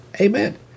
Amen